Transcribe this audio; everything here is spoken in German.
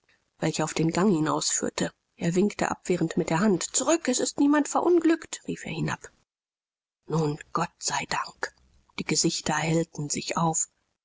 welche auf den gang hinausführte er winkte abwehrend mit der hand zurück es ist niemand verunglückt rief er hinab nun gott sei dank die gesichter hellten sich auf